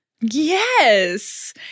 Yes